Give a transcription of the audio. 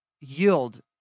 yield